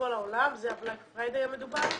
בכל העולם, ה-בלק פריידי המדובר,